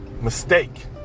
mistake